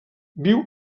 viu